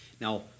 Now